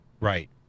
Right